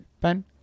Ben